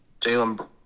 Jalen